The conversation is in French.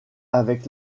avec